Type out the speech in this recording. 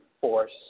force